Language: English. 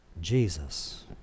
Jesus